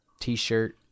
t-shirt